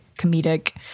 comedic